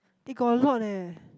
they got a lot eh